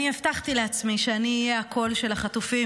אני הבטחתי לעצמי שאני אהיה הקול של החטופים.